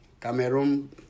Cameroon